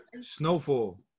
Snowfall